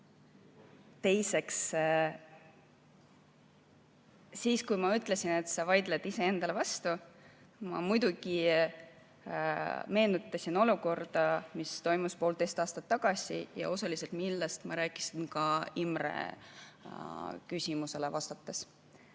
Teiseks, kui ma ütlesin, et sa vaidled iseendale vastu, siis ma meenutasin olukorda, mis oli poolteist aastat tagasi ja millest ma osaliselt rääkisin ka Imre küsimusele vastates.